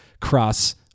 cross